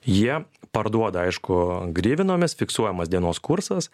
jie parduoda aišku grivinomis fiksuojamas dienos kursas